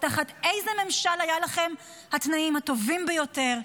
או תחת איזה ממשל היו לכם התנאים הטובים ביותר,